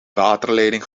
waterleiding